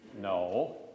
No